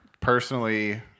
Personally